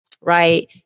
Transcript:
right